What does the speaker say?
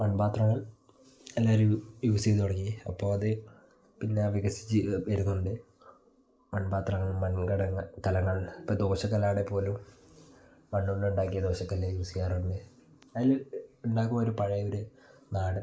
മൺപാത്രങ്ങൾ എല്ലാവരും ഇത് യൂസ് ചെയ്ത് തുടങ്ങി അപ്പ അത് പിന്നെ വികസിച്ചിത് വരുന്നുണ്ട് മൺപാത്രങ്ങൾ മൺഘടകങ്ങൾ കലങ്ങൾ ഇപ്പം ദോഷക്കല്ലാണേൽ പോലും മണ്ണ് കൊണ്ടുണ്ടാക്കിയ ദോശക്കല്ല് യൂസ് ചെയ്യാറുള്ളത് അതിൽ ഉണ്ടാക്കു ഒരു പഴയ ഒരു നാട്